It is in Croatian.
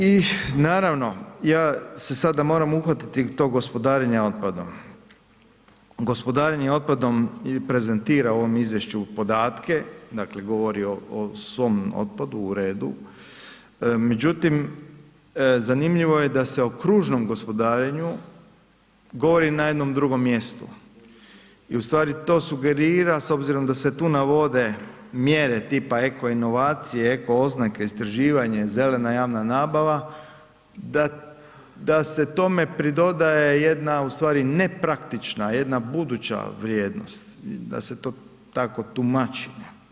I naravno ja se sada moram uhvatiti tog gospodarenja otpadom, gospodarenje otpadom prezentira u ovom izvješću podatke, dakle govori o svom otpadu, u redu, međutim zanimljivo je da o kružnom gospodarenju govori na jednom drugom mjestu i u stvari to sugerira s obzirom da se tu navode mjere tipa eko inovacije, eko oznake, istraživanje, zelena javna nabava da se tome pridodaje jedna u stvari nepraktična, jedna buduća vrijednost, da se to tako tumačenja.